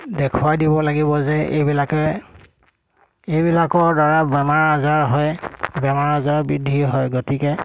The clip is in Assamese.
দেখুৱাই দিব লাগিব যে এইবিলাকে এইবিলাকৰ দ্বাৰা বেমাৰ আজাৰ হয় বেমাৰ আজাৰ বৃদ্ধি হয় গতিকে